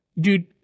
Dude